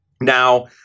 Now